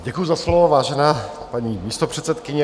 Děkuju za slovo, vážená paní místopředsedkyně.